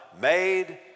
made